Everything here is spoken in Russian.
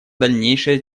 дальнейшее